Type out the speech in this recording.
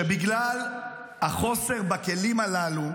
שבגלל החוסר בכלים הללו,